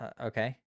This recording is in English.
okay